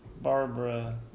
Barbara